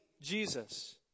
Jesus